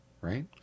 right